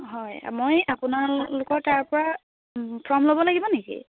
হয় মই আপোনালোকৰ তাৰ পৰা ফৰ্ম ল'ব লাগিব নেকি